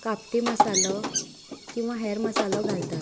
कापटी मसालो किंवां हेर मसालो घालतात